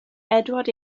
edward